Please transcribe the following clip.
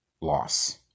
loss